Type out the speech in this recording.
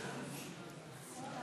בעד,